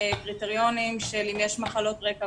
פרופסור רוני גמזו,